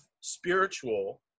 spiritual